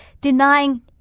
denying